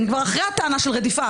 אני כבר אחרי הטענה של רדיפה,